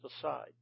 aside